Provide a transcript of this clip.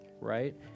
Right